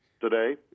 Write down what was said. today